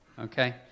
okay